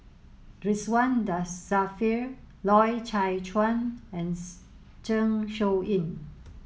Ridzwan Dzafir Loy Chye Chuan and Zeng Shouyin